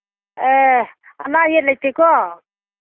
ꯑꯦ ꯑꯅꯥ ꯑꯌꯦꯛ ꯂꯩꯇꯦꯀꯣ